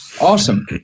Awesome